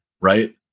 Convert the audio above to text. right